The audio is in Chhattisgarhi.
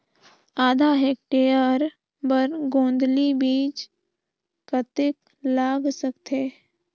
आधा हेक्टेयर बर गोंदली बीच कतेक लाग सकथे?